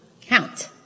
count